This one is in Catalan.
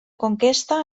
conquesta